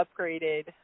upgraded